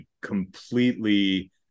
completely